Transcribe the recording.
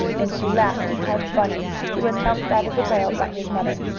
and she laughed and hugged bunny, who was helped out of the barrel by his mother.